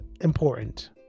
important